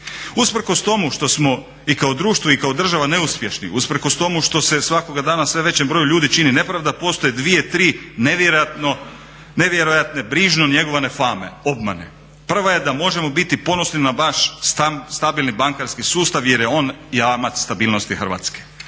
Usprkos tomu što smo i kao društvo i kao država neuspješni, usprkos tomu što se svakoga dana sve većem broju ljudi čini nepravda, postoje dvije-tri nevjerojatno brižno njegovane fame, obmane. Prva je da možemo biti ponosni na naš stabilni bankarski sustav jer je on jamac stabilnosti Hrvatske,